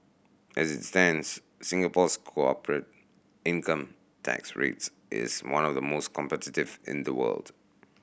as it stands Singapore's corporate income tax rates is one of the most competitive in the world